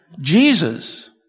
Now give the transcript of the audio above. Jesus